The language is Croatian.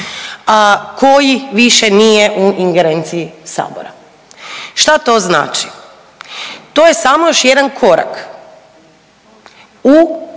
koji više nije u ingerenciji Sabora. Što to znači? To je samo još jedan korak